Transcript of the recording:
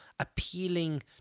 appealing